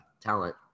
talent